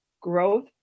growth